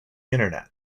internet